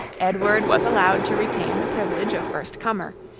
edward was allowed to retain the privilege of first comer,